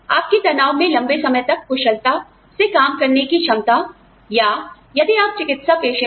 आपकी तनाव में लंबे समय तक कुशलता से काम करने की क्षमता या यदि आप चिकित्सा पेशे में हैं